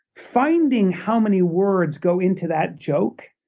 finding how many words go into that joke,